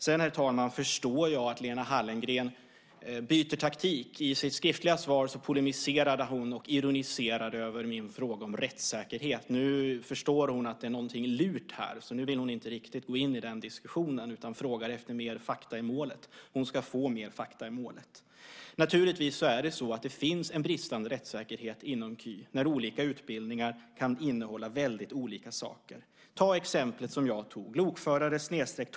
Sedan förstår jag, herr talman, att Lena Hallengren byter taktik. I sitt skriftliga svar polemiserade hon mot och ironiserade över min fråga om rättssäkerhet. Nu förstår hon att det är något lurt här, så nu vill hon inte riktigt gå in i den diskussionen utan frågar efter mer fakta i målet. Hon ska få mer fakta i målet. Naturligtvis finns det en bristande rättssäkerhet inom KY när utbildningar kan innehålla väldigt olika saker. Titta på exemplet som jag tog förut, lokförare/tågförare.